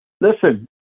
Listen